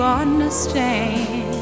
understand